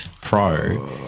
Pro